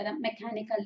mechanical